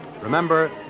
Remember